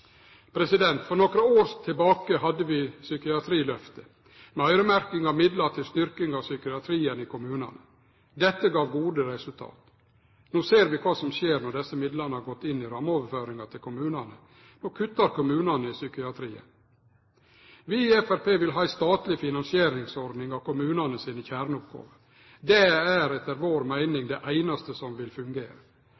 For nokre år tilbake hadde vi psykiatrilyftet, med øyremerking av midlar til styrking av psykiatrien i kommunane. Dette gav gode resultat. No ser vi kva som skjer når desse midlane har gått inn i rammeoverføringane til kommunane. No kuttar kommunane i psykiatrien. Vi i Framstegspartiet vil ha ei statleg finansieringsordning av kommunane sine kjerneoppgåver. Det er etter vår meining